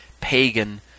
pagan